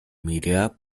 media